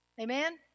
Amen